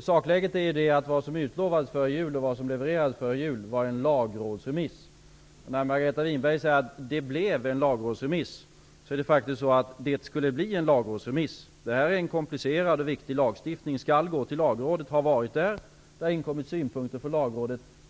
Sakläget är att vad som utlovades och levererades före jul var en lagrådsremiss. Margareta Winberg säger att det blev en lagrådsremiss. Men det är faktiskt så att det skulle bli en lagrådsremiss. Det rör sig om en komplicerad och viktig lagstiftning, som skall gå till Lagrådet. Den har varit där, och det har inkommit synpunkter från Lagrådet.